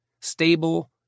stable